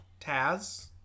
Taz